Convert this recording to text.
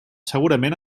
segurament